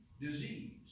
Disease